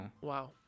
Wow